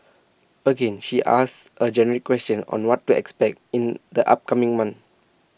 again she asks A generic question on what to expect in the upcoming month